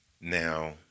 Now